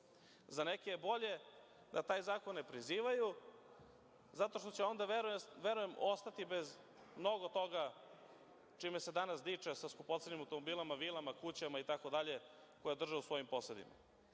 Za neke je bolje da taj zakon ne prizivaju zato što će onda, verujem, ostati bez mnogo toga čime se danas diče, sa skupocenim automobilima, vilama, kućama itd, koje drže u svojim posedima.